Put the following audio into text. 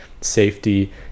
safety